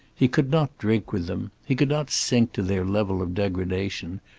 he could not drink with them. he could not sink to their level of degradation.